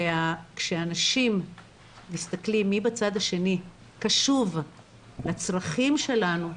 וכשאנשים מסתכלים מי בצד השני קשוב לצרכים שלנו,